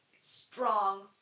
strong